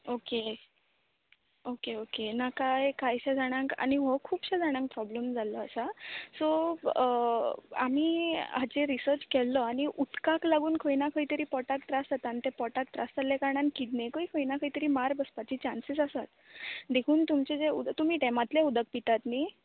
okay okay okay ना कांय जाणांक आनी हो खुबशे जाणांक हो प्रोब्लम जाल्लो आसा सो आमी हाचेर रिसर्च केल्लो आनी तो उदकाक लागून खंय ना खंय तरी पोटाक त्रास जाता आनी ते पोटाक त्रास जाल्ले कारणान किडनीकूय खंय ना खंय तरी मार बसपाची चान्सीस आसात देखून तुमचें जें उदक तुमी डेमांतलें उदक पितात न्ही